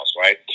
right